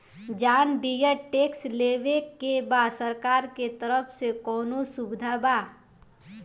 John Deere tractor लेवे के बा सरकार के तरफ से कौनो सुविधा बा?